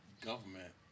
government